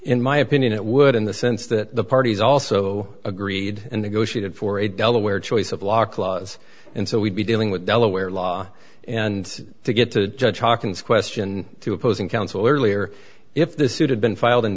in my opinion it would in the sense that the parties also agreed and negotiated for a delaware choice of law clause and so we'd be dealing with delaware law and to get to judge hawkins question to opposing counsel earlier if this suit had been filed